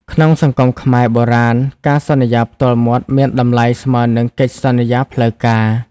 ក្នុងសង្គមខ្មែរពីបុរាណ ការសន្យាផ្ទាល់មាត់មានតម្លៃស្មើនឹងកិច្ចសន្យាផ្លូវការ។